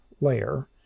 layer